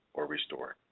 or restored.